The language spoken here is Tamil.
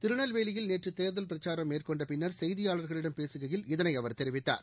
திருநெல்வேலியில் நேற்றுதேர்தல் பிரச்சாரம் மேற்கொண்டபின்னர் செய்தியாளர்களிடம் பேசுகையில் இதனைஅவர் தெரிவித்தார்